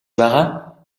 байгаа